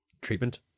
treatment